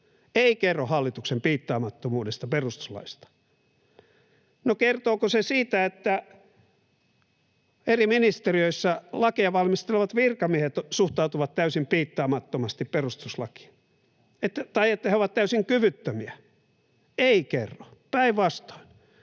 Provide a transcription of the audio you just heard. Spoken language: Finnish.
Ei kerro hallituksen piittaamattomuudesta perustuslaista. No, kertooko se siitä, että eri ministeriöissä lakeja valmistelevat virkamiehet suhtautuvat täysin piittaamattomasti perustuslakiin tai että he ovat täysin kyvyttömiä? Ei kerro, päinvastoin.